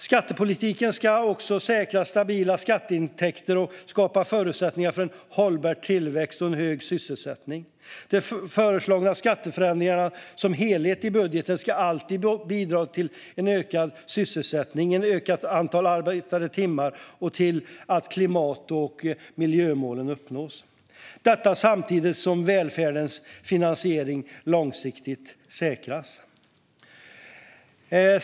Skattepolitiken ska också säkra stabila skatteintäkter och skapa förutsättningar för en hållbar tillväxt och en hög sysselsättning. De föreslagna skatteförändringarna som helhet i en budget ska alltid bidra till ökad sysselsättning, ett ökat antal arbetade timmar och till att klimat och miljömål uppnås, detta samtidigt som välfärdens finansiering långsiktigt säkras.